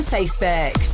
Facebook